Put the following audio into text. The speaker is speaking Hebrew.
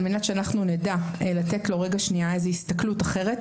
על מנת שאנחנו נדע לתת רגע שנייה איזושהי הסתכלות אחרת,